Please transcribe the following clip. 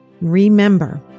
Remember